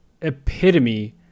epitome